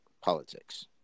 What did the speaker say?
Politics